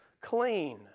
clean